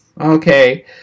okay